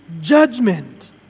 judgment